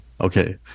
Okay